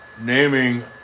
naming